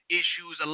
issues